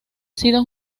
sido